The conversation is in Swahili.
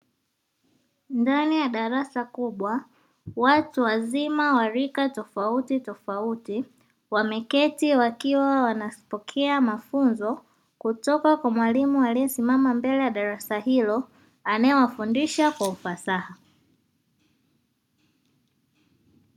Ndani ya darasa kubwa watu wazima wa rika tofauti tofauti wameketi wakiwa wanapokea mafunzo kutoka kwa mwalimu aliesimama mbele ya darasa hilo anaewafundisha kwa ufasaha.